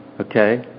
Okay